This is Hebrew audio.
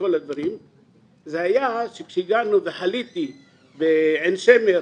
וכל הדברים זה היה שכשהגענו וחליתי בעין שמר